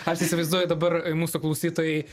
aš įsivaizduoju dabar mūsų klausytojai